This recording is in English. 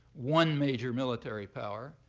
one major military power.